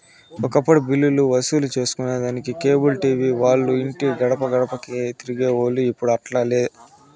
ఒకప్పుడు బిల్లులు వసూలు సేసుకొనేదానికి కేబుల్ టీవీ వాల్లు ఇంటి గడపగడపకీ తిరిగేవోల్లు, ఇప్పుడు అట్లాలే